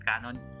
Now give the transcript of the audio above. canon